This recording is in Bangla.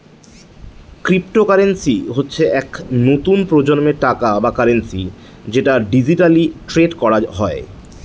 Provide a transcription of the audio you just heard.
ক্রিপ্টোকারেন্সি হচ্ছে এক নতুন প্রজন্মের টাকা বা কারেন্সি যেটা ডিজিটালি ট্রেড করা হয়